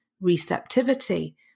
receptivity